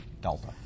delta